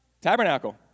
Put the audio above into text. Tabernacle